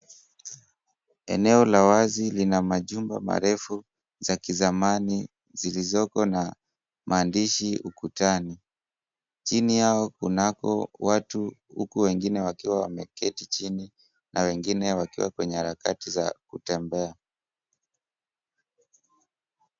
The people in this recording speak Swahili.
Eneo la wazi lina majumba marefu za kizamani zilizoko na maandishi ukutani. Chini yao kunako watu huku wengine wakiwa wameketi chini na wengine wakiwa kwenye harakati za kutembea.